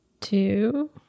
two